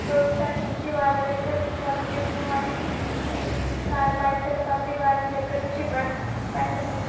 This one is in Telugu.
ప్రోత్సహించి వాళ్ళ దగ్గర నుంచి వాళ్ళు చేసిన వాటికి పైసలు కట్టి వాళ్ళు దగ్గర నుంచి పైసలు తీసుకు